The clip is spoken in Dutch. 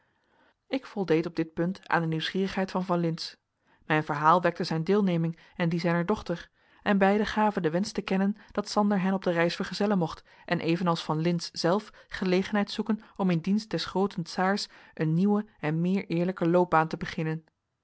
ik voldeed op dit punt aan de nieuwsgierigheid van van lintz mijn verhaal wekte zijne deelneming en die zijner dochter en beiden gaven den wensch te kennen dat sander hen op de reis vergezellen mocht en evenals van lintz zelf gelegenheid zoeken om in dienst des grooten czaars een nieuwe en meer eerlijke loopbaan te beginnen